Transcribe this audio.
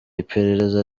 iperereza